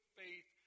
faith